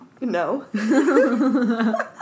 No